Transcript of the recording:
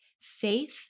Faith